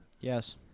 Yes